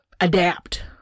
adapt